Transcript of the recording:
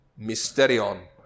mysterion